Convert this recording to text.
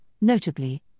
notably